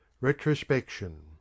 Retrospection